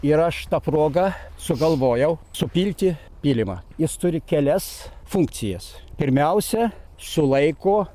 ir aš ta proga sugalvojau supilti pylimą jis turi kelias funkcijas pirmiausia sulaiko